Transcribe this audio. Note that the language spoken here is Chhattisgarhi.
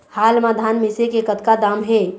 हाल मा धान मिसे के कतका दाम हे?